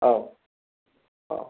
औ औ